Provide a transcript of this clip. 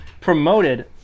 promoted